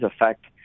affect